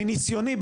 מניסיוני,